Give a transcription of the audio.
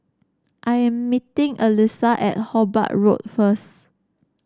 I am meeting Elyssa at Hobart Road first